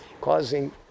causing